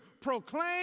Proclaim